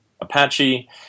Apache